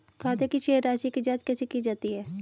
खाते की शेष राशी की जांच कैसे की जाती है?